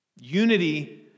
Unity